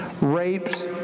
rapes